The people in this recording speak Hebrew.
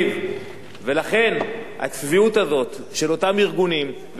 לכן הצביעות הזאת של אותם ארגונים וגם של משרדי ממשלה